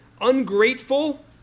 ungrateful